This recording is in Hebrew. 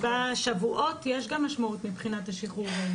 יקבל מינהלי יותר מורחב.